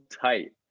tight